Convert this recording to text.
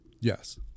Yes